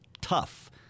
tough